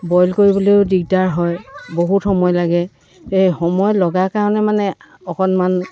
boil কৰিবলৈও দিগদাৰ হয় বহুত সময় লাগে এই সময় লগা কাৰণে মানে অকণমান